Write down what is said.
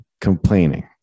complaining